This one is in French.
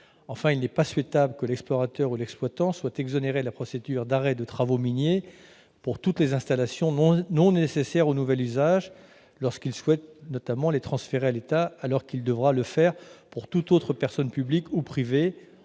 Enfin, il n'est pas souhaitable que l'explorateur ou l'exploitant soit exonéré de la procédure d'arrêt de travaux miniers pour toutes les installations non nécessaires au nouvel usage lorsqu'il souhaite notamment les transférer à l'État, alors qu'il devra s'y conformer en cas de transfert à toute autre personne publique ou privée,